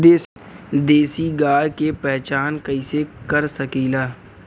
देशी गाय के पहचान कइसे कर सकीला?